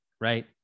right